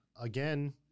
again